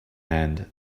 and